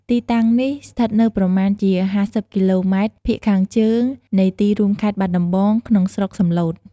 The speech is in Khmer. ទីតាំងនេះស្ថិតនៅប្រមាណជា ៥០ គីឡូម៉ែត្រភាគខាងជើងនៃទីរួមខេត្តបាត់ដំបង ក្នុងស្រុកសំឡូត។